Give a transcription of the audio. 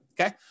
Okay